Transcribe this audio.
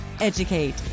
educate